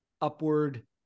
upward